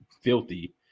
Filthy